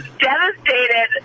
devastated